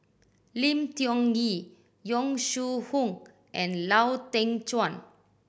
Lim Tiong Ghee Yong Shu Hoong and Lau Teng Chuan